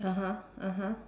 (uh huh) (uh huh)